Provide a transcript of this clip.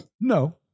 no